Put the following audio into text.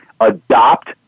Adopt